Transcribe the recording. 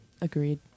agreed